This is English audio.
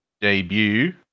debut